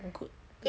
include